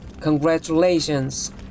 Congratulations